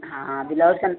हाँ बिलाउज का ना